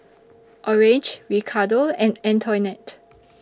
Orange Ricardo and Antoinette